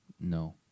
No